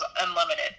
unlimited